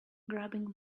grubbing